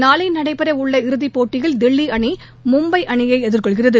நாளை நடைபெற உள்ள இறுதிப் போட்டியில் தில்லி அணி மும்பை அணியை எதிர்கொள்கிறது